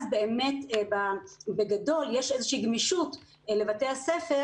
אז בגדול יש איזושהי גמישות לבתי הספר